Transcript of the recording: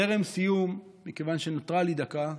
טרם סיום, מכיוון שנותרה לי דקה,